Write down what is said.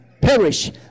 Perish